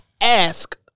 ask